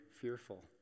fearful